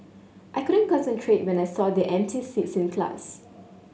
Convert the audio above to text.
I couldn't concentrate when I saw their empty seats in class